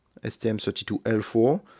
STM32L4